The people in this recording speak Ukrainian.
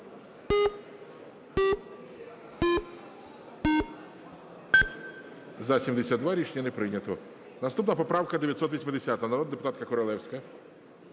За-54 Рішення не прийнято. Наступна правка 2054, народна депутатка Королевська.